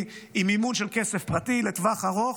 עם מימון של כסף פרטי לטווח ארוך,